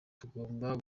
tugomba